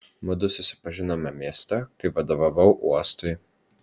mudu susipažinome mieste kai vadovavau uostui